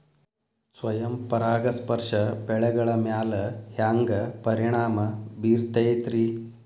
ಸ್ವಯಂ ಪರಾಗಸ್ಪರ್ಶ ಬೆಳೆಗಳ ಮ್ಯಾಲ ಹ್ಯಾಂಗ ಪರಿಣಾಮ ಬಿರ್ತೈತ್ರಿ?